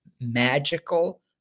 magical